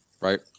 Right